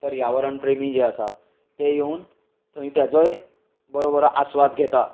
पर्यावरण प्रेमी जे आसात ते येवन थंय तेजोय बरो बरो आस्वाद घेता